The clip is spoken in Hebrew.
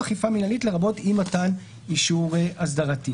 "אכיפה מינהלית" לרבות אי מתן אישור אסדרתי,